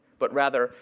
but rather,